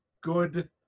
good